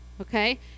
okay